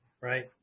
Right